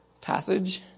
passage